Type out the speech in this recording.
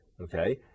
okay